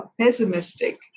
pessimistic